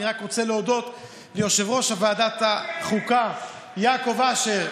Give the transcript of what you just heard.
אני רק רוצה להודות ליושב-ראש ועדת החוקה יעקב אשר,